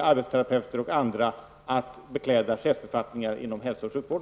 arbetsterapeuter och andra att bekläda chefsbefattningar inom hälso och sjukvården.